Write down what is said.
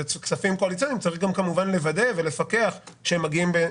מדובר בכספים קואליציוניים וצריך להבטיח שהם מגיעים.